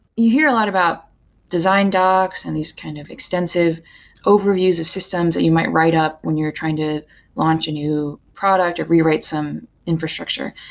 you hear a lot about design docs and these kind of extensive overviews of systems that you might write up when you're trying to launch a new product or rewrite some infrastructure.